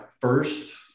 first